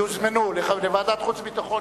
אני מציע שיוזמנו לוועדת החוץ והביטחון,